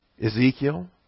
Ezekiel